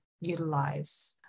utilize